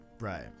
Right